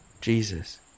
Jesus